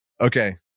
Okay